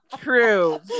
true